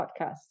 podcast